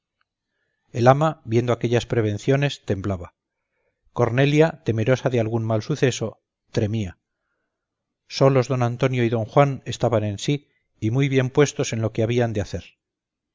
el ama viendo aquellas prevenciones temblaba cornelia temerosa de algún mal suceso tremía solos don antonio y don juan estaban en sí y muy bien puestos en lo que habían de hacer